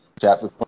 Chapter